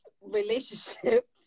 relationship